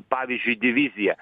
pavyzdžiui divizija